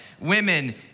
Women